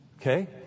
Okay